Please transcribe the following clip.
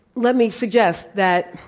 let me suggest that